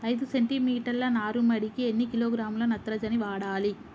ఐదు సెంటిమీటర్ల నారుమడికి ఎన్ని కిలోగ్రాముల నత్రజని వాడాలి?